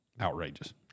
outrageous